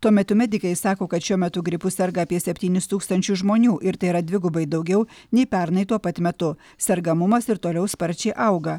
tuo metu medikai sako kad šiuo metu gripu serga apie septynis tūkstančius žmonių ir tai yra dvigubai daugiau nei pernai tuo pat metu sergamumas ir toliau sparčiai auga